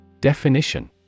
Definition